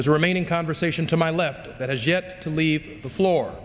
the remaining conversation to my left that has yet to leave the floor